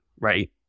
right